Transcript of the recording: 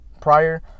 prior